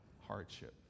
hardship